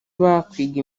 bakwiga